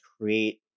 create